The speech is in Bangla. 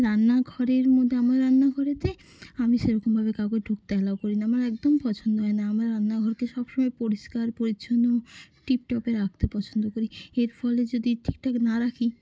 রান্না ঘরের মধ্যে আমার রান্না ঘরেতে আমি সেরকমভাবে কাউকে ঢুকতে অ্যালাও করি না আমার একদম পছন্দ হয় না আমার রান্না ঘরকে সবসময় পরিষ্কার পরিচ্ছন্ন টিপটপে রাখতে পছন্দ করি এর ফলে যদি ঠিকঠাক না রাখি